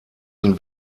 ihn